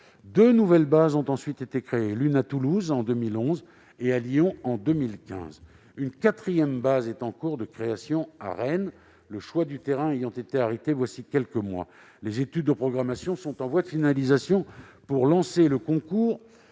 Deux nouvelles bases ont ensuite été mises en place : l'une à Toulouse en 2011 et l'autre à Lyon en 2015. Une quatrième base est en cours de création à Rennes. Le choix du terrain a été arrêté voilà quelques mois et les études de programmation sont en voie de finalisation, pour un lancement du concours